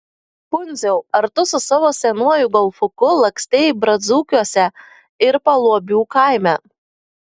pundziau ar tu su savo senuoju golfuku lakstei braziūkuose ir paluobių kaime